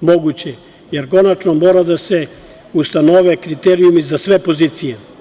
moguće, jer konačno mora da se ustanove kriterijumi za sve pozicije.